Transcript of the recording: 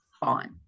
fine